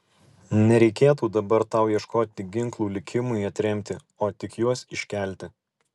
nereikėtų dabar tau ieškoti ginklų likimui atremti o tik juos iškelti